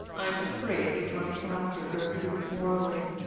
i am afraid he is running after gertrude morley!